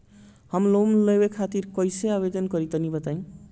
हम लोन लेवे खातिर कइसे आवेदन करी तनि बताईं?